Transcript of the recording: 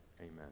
Amen